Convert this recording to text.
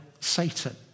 Satan